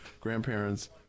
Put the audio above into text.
grandparents